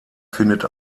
findet